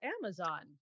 Amazon